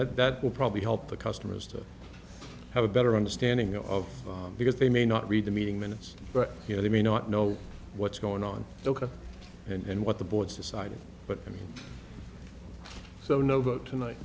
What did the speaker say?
that that will probably help the customers to have a better understanding of because they may not read the meeting minutes but you know they may not know what's going on and what the board's decided but i mean so no vote tonight